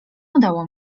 udało